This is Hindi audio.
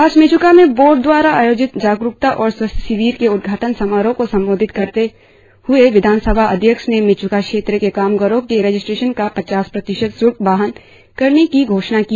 आज मेच्का में बोर्ड दवारा आयोजित जागरुकता और स्वास्थ्य शिविर के उद्घाटन समारोह को संबोधित करने हए विधानसभा अध्यक्ष ने मेच्का क्षेत्र के कामगारो के रजिस्ट्रेशन का पचास प्रतिशत शूल्क बाहन करने की घोषणा की